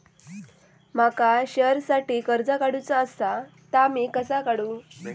माका शेअरसाठी कर्ज काढूचा असा ता मी कसा काढू?